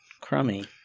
crummy